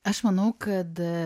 aš manau kad